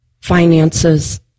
Finances